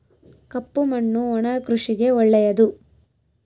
ಕಪ್ಪು ಮಣ್ಣು ಒಣ ಕೃಷಿಗೆ ಒಳ್ಳೆಯದು